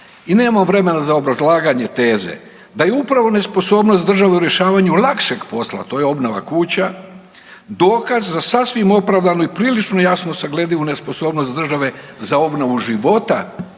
i nemam vremena za obrazlaganje teze da je upravo nesposobnost države u rješavanju lakšeg posla to je obnova kuća dokaz za sasvim opravdanu i prilično jasnu nesagledivu nesposobnost države za obnovu života,